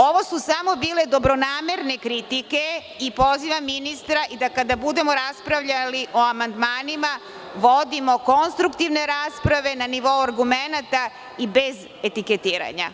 Ovo su samo bile dobronamerne kritike, pozivam ministra, da kada budemo raspravljali o amandmanima vodimo konstruktivne rasprave na nivou argumenata i bez etiketiranja.